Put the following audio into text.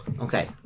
Okay